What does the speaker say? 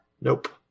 Nope